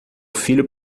filho